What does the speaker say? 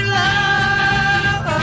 love